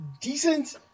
decent